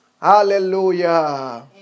Hallelujah